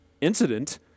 incident